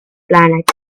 planet